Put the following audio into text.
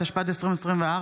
התשפ"ד 2024,